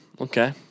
Okay